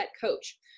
coach